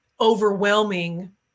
overwhelming